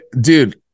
Dude